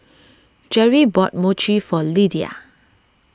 Jerry bought Mochi for Lidia